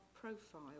profile